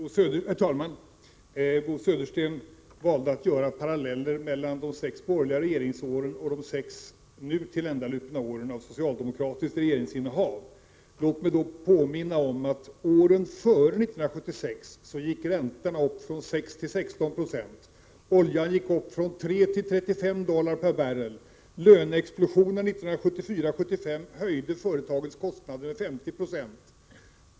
Herr talman! Bo Södersten valde att göra paralleller mellan de sex borgerliga regeringsåren och de sex nu tilländalupna åren av socialdemokratiskt regeringsinnehav. Låt mig påminna om att åren före 1976 gick räntorna upp från 6 till 16 96, oljan gick upp från 3 till 35 dollar per barrel och löneexplosionen 1974-1975 höjde företagens kostnader med 50 96.